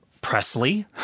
Presley